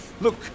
Look